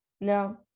No